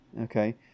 okay